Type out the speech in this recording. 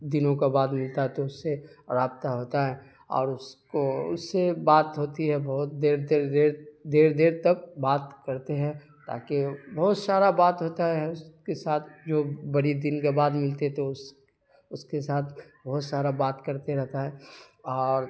دنوں کا بعد ملتا ہے تو اس سے رابطہ ہوتا ہے اور اس کو اس سے بات ہوتی ہے بہت دیر دیر دیر دیر دیر تک بات کرتے ہیں تاکہ بہت سارا بات ہوتا ہے اس کے ساتھ جو بڑے دن کے بعد ملتے تو اس اس کے ساتھ بہت سارا بات کرتے رہتا ہے اور